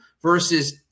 versus